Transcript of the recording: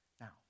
Now